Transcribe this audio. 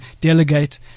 delegate